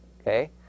okay